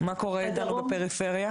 מה קורה אתנו בפריפריה?